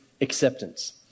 acceptance